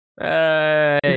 Hey